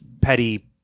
petty